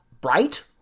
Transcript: bright